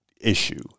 issue